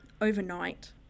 overnight